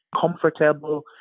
comfortable